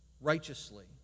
righteously